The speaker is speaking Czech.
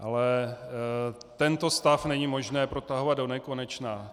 Ale tento stav není možné protahovat donekonečna.